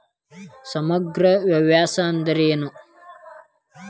ಸಮಗ್ರ ವ್ಯವಸಾಯ ಅಂದ್ರ ಏನು?